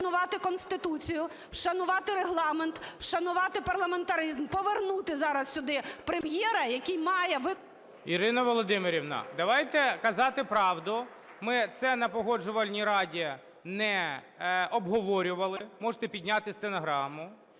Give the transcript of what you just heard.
шанувати Конституцію, шанувати Регламент, шанувати парламентаризм, повернути зараз сюди Прем'єра, який має... ГОЛОВУЮЧИЙ. Ірина Володимирівна, давайте казати правду. Ми це на Погоджувальній раді не обговорювали, можете підняти стенограму.